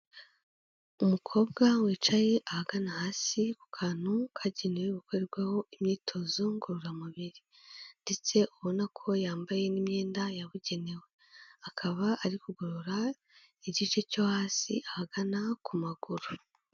Umukobwa wicaye ahagana hasi ku kantu kagenewe gukorerwaho imyitozo ngororamubiri ndetse ubona ko yambaye n'imyenda yabugenewe. Akaba ari kugorora igice cyo hasi ahagana ku maguru.